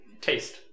taste